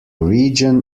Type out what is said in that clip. region